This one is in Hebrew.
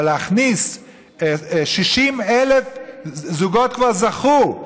אבל להכניס 60,000 זוגות שכבר זכו?